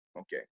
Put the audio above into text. Okay